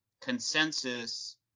consensus